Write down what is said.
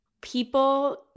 people